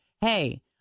hey